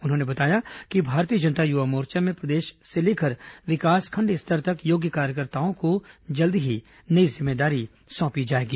उन्होंने बताया कि भारतीय जनता युवा मोर्चा में प्रदेश से लेकर विकासखंड स्तर तक योग्य कार्यकर्ताओं को जल्द ही नई जिम्मेदारी सौंपी जाएगी